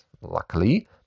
luckily